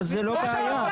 אבל זו לא בעיה.